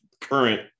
current